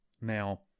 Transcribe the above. Now